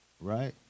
right